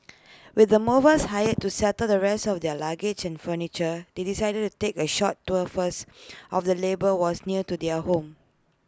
with the movers hired to settle the rest of their luggage and furniture they decided to take A short tour first of the labour was near to their new home